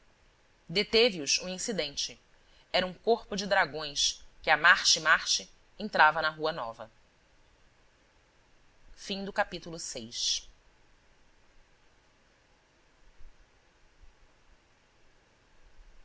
deteve os um incidente era um corpo de dragões que a marche-marche entrava na rua nova